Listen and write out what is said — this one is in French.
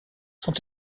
sont